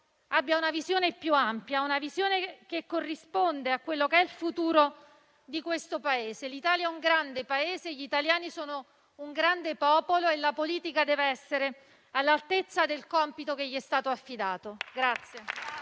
abbia una visione più ampia, che corrisponda al futuro di questo Paese. L'Italia è un grande Paese, gli italiani sono un grande popolo e la politica deve essere all'altezza del compito che le è stato affidato.